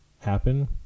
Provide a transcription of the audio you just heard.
happen